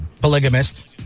polygamist